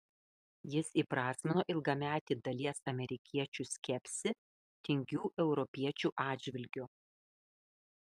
jis įprasmino ilgametį dalies amerikiečių skepsį tingių europiečių atžvilgiu